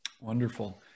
wonderful